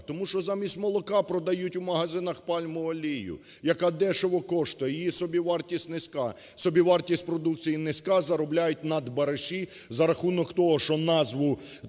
Тому що замість молока продають в магазинах пальмову олію, яка дешево коштує. Її собівартість низька, собівартість продукції низька, заробляють надбариші за рахунок того, що назву